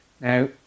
Now